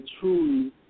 truly